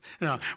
no